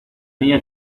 niña